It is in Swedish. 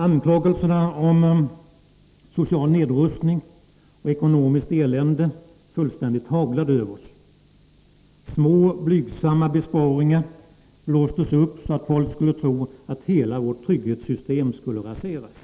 Anklagelser om social nedrustning och ekonomiskt elände fullständigt haglade över oss. Små blygsamma besparingar blåstesupp — Nr 11 så att folk skulle tro att hela vårt trygghetssystem skulle raseras.